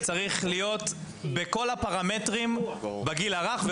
ובכל הפרמטרים שקשורים לגיל הרך.